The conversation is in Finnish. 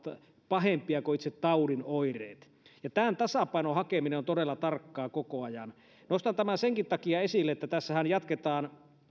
pahempia kuin itse taudin oireet ja tämän tasapainon hakeminen on todella tarkkaa koko ajan nostan tämän esille senkin takia että tässähän jatketaan